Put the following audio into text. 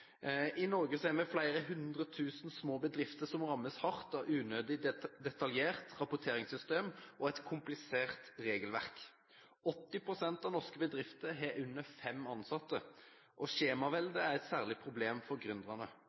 I Norge har vi flere hundre tusen små bedrifter som rammes hardt av et unødig detaljert rapporteringssystem og et komplisert regelverk. 80 pst. av norske bedrifter har under fem ansatte. Skjemaveldet er særlig et problem for